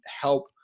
help